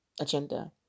Agenda